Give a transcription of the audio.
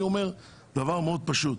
אני אומר דבר מאוד פשוט.